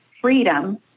freedom